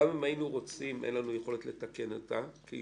אם היינו רוצים אין לנו יכולת לתקן אותה כי